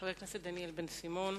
חבר הכנסת דניאל בן-סימון.